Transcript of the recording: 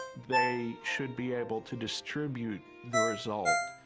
they should be able to distribute the result